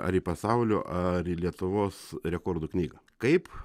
ar į pasaulio ar į lietuvos rekordų knygą kaip